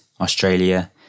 Australia